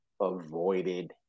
Avoided